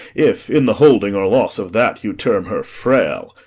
if in the holding or loss of that you term her frail.